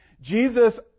Jesus